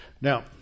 Now